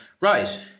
right